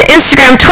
Instagram